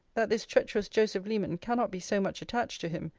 that this treacherous joseph leman cannot be so much attached to him,